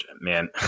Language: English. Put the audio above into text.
man